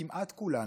כמעט כולן,